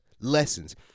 Lessons